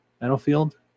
Battlefield